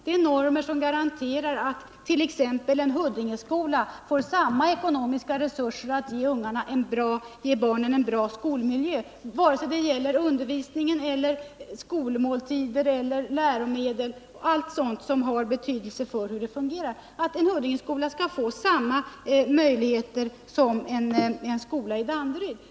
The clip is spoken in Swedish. Det är normer som garanterar att t.ex. en Huddingeskola får samma ekonomiska resurser att ge barnen en bra skolmiljö oavsett om det gäller undervisning, skolmåltider eller läromedel — allt sådant som har betydelse för hur skolan fungerar. En Huddingeskola skall få samma möjligheter som en skola i Danderyd.